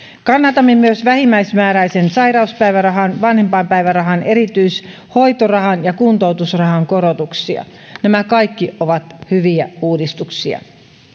kannatamme myös vähimmäismääräisen sairauspäivärahan vanhempainpäivärahan erityis hoitorahan ja kuntoutusrahan korotuksia nämä kaikki ovat hyviä uudistuksia